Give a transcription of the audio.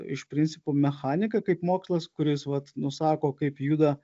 iš principo mechanika kaip mokslas kuris vat nusako kaip juda